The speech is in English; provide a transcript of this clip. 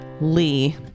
Lee